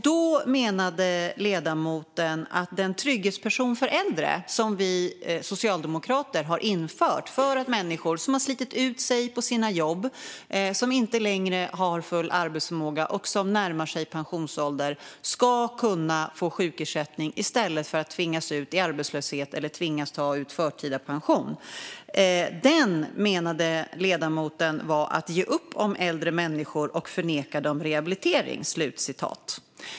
Då talade ledamoten om den trygghetspension för äldre som vi socialdemokrater har infört för att människor som har slitit ut sig på sina jobb, som inte längre har full arbetsförmåga och som närmar sig pensionsålder ska kunna få sjukersättning i stället för att tvingas ut i arbetslöshet och tvingas ta ut förtida pension. Detta menade ledamoten var att ge upp om äldre människor och förneka dem rehabilitering.